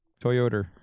Toyota